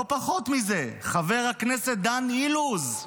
לא פחות מזה, חבר הכנסת דן אילוז.